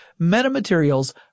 metamaterials